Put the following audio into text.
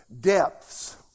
depths